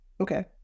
Okay